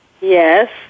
Yes